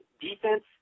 defense